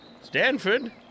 Stanford